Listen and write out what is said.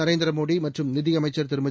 நரேந்திர மோடி மற்றும் நிதியமைச்சர் திருமதி